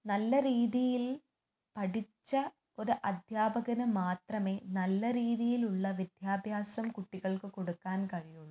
നല്ല രീതിയിൽ പഠിച്ച ഒരു അദ്ധ്യാപകന് മാത്രമേ നല്ല രീതിയിലുള്ള വിദ്യാഭ്യാസം കുട്ടികൾക്ക് കൊടുക്കാൻ കഴിയുള്ളൂ